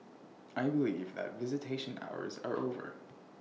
I believe that visitation hours are over